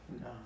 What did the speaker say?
No